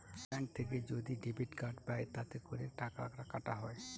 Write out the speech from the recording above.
bank থেকে যদি debit card পাই তাতে করে টাকা কাটা হয়